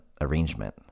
arrangement